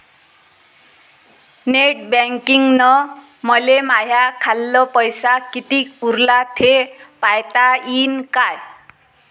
Net बँकिंगनं मले माह्या खाल्ल पैसा कितीक उरला थे पायता यीन काय?